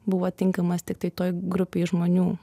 buvo tinkamas tiktai toj grupėj žmonių